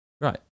Right